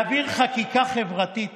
להעביר חקיקה חברתית